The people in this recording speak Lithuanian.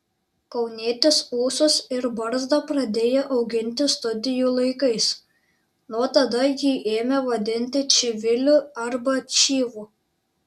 kaunietis ūsus ir barzdą pradėjo auginti studijų laikais nuo tada jį ėmė vadinti čiviliu arba čyvu